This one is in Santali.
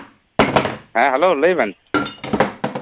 ᱦᱮᱸ ᱦᱮᱞᱳ ᱞᱟᱹᱭ ᱵᱮᱱ